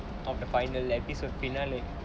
of the final episode finale